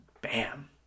bam